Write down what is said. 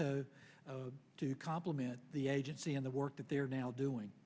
to to compliment the agency in the work that they are now doing